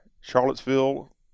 Charlottesville